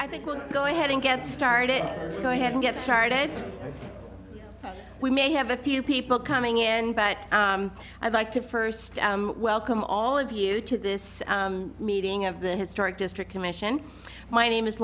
i think we'll go ahead and get started go ahead and get started we may have a few people coming in but i'd like to first welcome all of you to this meeting of the historic district commission my name is